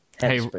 Hey